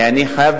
אני חייב,